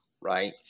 right